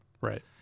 Right